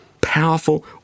Powerful